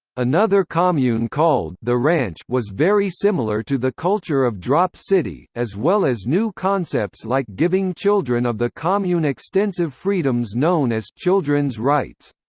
another commune called the ranch was very similar to the culture of drop city, as as well as new concepts like giving children of the commune extensive freedoms known as children's rights.